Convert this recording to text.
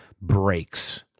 breaks